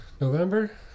November